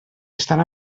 estan